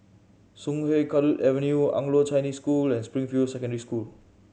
Sungei Kadut Avenue Anglo Chinese School and Springfield Secondary School